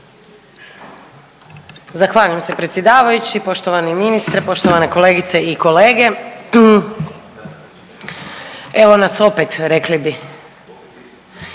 Zahvaljujem se predsjedavajući, poštovani ministre, poštovane kolegice i kolege. Evo nas opet rekli bi.